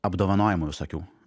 apdovanojimų visokių